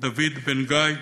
דוד בן-גיא,